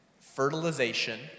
fertilization